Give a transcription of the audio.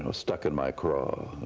um ah stuck in my craw,